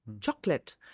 chocolate